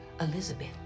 Elizabeth